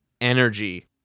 energy